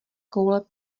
koule